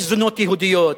יש זונות יהודיות,